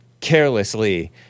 carelessly